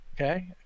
Okay